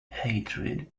hatred